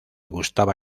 gustaba